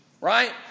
right